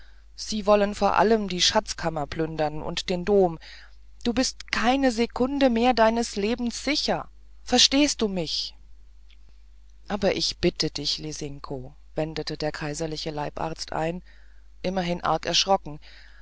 sie wollen vor allem die schatzkammer plündern und den dom du bist keine sekunde mehr deines lebens sicher verstehst du mich aber ich bitte dich lisinko wendete der kaiserliche leibarzt ein immerhin arg erschrocken